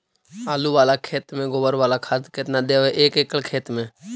आलु बाला खेत मे गोबर बाला खाद केतना देबै एक एकड़ खेत में?